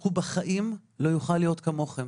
הוא בחיים לא יוכל להיות כמוכם.